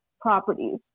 properties